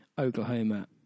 Oklahoma